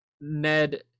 Ned